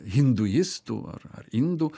hinduistu ar ar indu